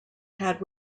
had